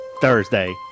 Thursday